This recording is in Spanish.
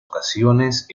ocasiones